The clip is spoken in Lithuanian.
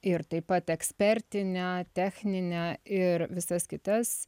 ir taip pat ekspertinę techninę ir visas kitas